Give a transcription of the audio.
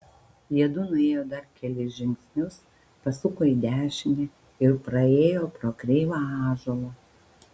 jiedu nuėjo dar kelis žingsnius pasuko į dešinę ir praėjo pro kreivą ąžuolą